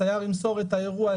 הסייר ימסור את האירוע,